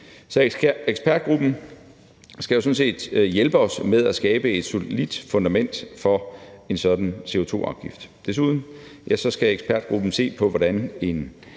Så ekspertgruppen skal jo sådan set hjælpe os med at skabe et solidt fundament for en sådan CO2-afgift. Desuden skal ekspertgruppen se på, hvordan en